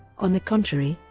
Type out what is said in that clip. on the contrary,